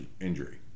injury